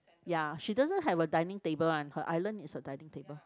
ya she doesn't have a dining table one her island is a dining table